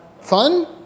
Fun